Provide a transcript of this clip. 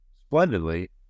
splendidly